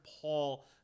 Paul